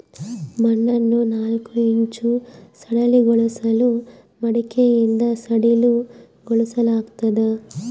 ಮಣ್ಣನ್ನು ನಾಲ್ಕು ಇಂಚು ಸಡಿಲಗೊಳಿಸಲು ಮಡಿಕೆಯಿಂದ ಸಡಿಲಗೊಳಿಸಲಾಗ್ತದೆ